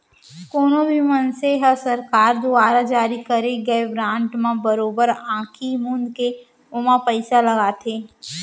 कोनो भी मनसे ह सरकार दुवारा जारी करे गए बांड म बरोबर आंखी मूंद के ओमा पइसा लगाथे